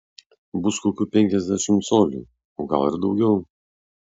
bus kokių penkiasdešimt colių o gal ir daugiau